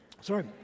Sorry